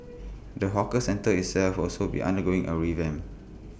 the hawker centre itself also be undergoing A revamp